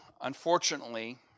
unfortunately